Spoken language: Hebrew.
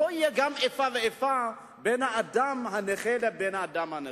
הייתי רוצה שלא תהיה איפה ואיפה בין אדם נכה לאדם נכה.